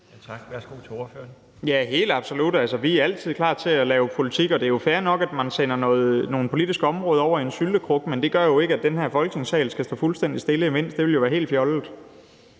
Kl. 17:48 Nick Zimmermann (DF): Ja, helt absolut. Vi er altid klar til at lave politik, og det er jo fair nok, at man sender nogle politiske områder over i en syltekrukke, men det gør jo ikke, at den her folketingssal skal stå fuldstændig helt stille imens. Det ville jo være helt fjollet.